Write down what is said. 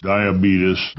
Diabetes